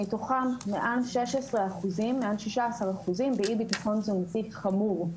מתוכם מעל 16% באי-ביטחון תזונתי חמור.